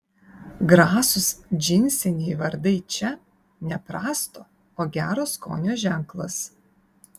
grasūs džinsiniai vardai čia ne prasto o gero skonio ženklas